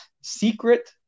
secret